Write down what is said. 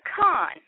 con